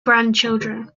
grandchildren